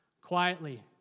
quietly